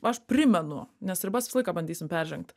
aš primenu nes ribas visą laiką bandysim peržengt